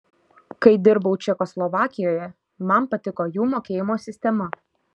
kai dirbau čekoslovakijoje man patiko jų mokėjimo sistema